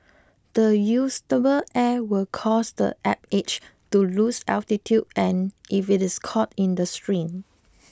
the air will cause the Apache to lose altitude if it is caught in the stream